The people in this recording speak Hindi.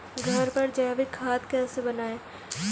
घर पर जैविक खाद कैसे बनाएँ?